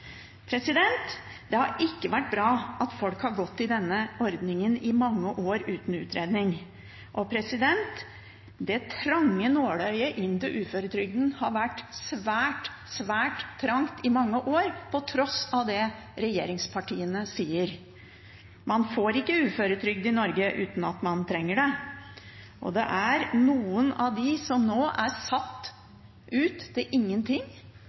Det har ikke vært bra at folk har gått på denne ordningen i mange år uten utredning. Det trange nåløyet inn til uføretrygden har vært svært, svært trangt i mange år, på tross av det regjeringspartiene sier. Man får ikke uføretrygd i Norge uten at man trenger det. Det er noen av dem som nå er satt ut til ingenting,